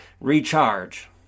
recharge